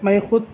میں خود